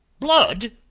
blood!